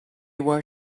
were